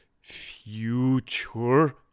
future